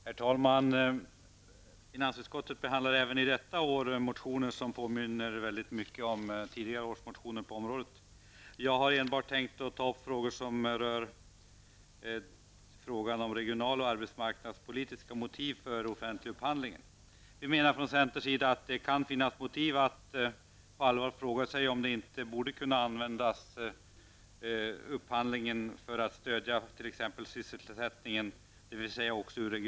Herr talman! Finansutskottet behandlar även detta år motioner som påminner mycket om tidigare års motioner på området. Jag har enbart tänkt ta upp frågor som rör regionala och arbetsmarknadspolitiska motiv för den offentliga upphandlingen. Vi menar från centerns sida att det kan finnas motiv för att på allvar fråga sig om upphandlingen inte borde kunna användas också ur regionalpolitisk synpunkt, för att stödja t.ex. sysselsättningen.